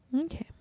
Okay